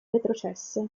retrocesse